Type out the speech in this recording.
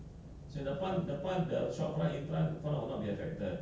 the the the one ah beside the toilet kan ada glass panel kan